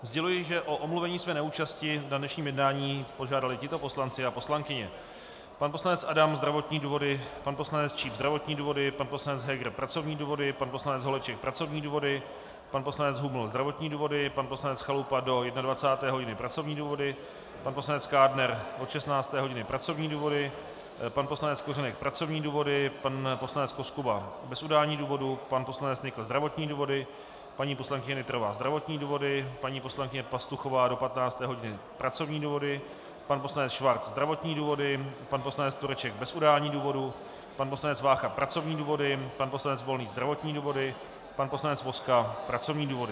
Sděluji, že o omluvení své neúčasti na dnešním jednání požádali tito poslanci a poslankyně: pan poslanec Adam zdravotní důvody, pan poslanec Číp zdravotní důvody, pan poslanec Heger pracovní důvody, pan poslanec Holeček pracovní důvody, pan poslanec Huml zdravotní důvody, pan poslanec Chalupa do 21. hodiny pracovní důvody, pan poslanec Kádner od 16. hodiny pracovní důvody, pan poslanec Kořenek pracovní důvody, pan poslanec Koskuba bez udání důvodu, pan poslanec Nykl zdravotní důvody, paní poslankyně Nytrová zdravotní důvody, paní poslankyně Pastuchová do 15. hodiny pracovní důvody, pan poslanec Schwarz zdravotní důvody, pan poslanec Tureček bez udání důvodu, pan poslanec Vácha pracovní důvody, pan poslanec Volný zdravotní důvody, pan poslanec Vozka pracovní důvody.